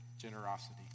generosity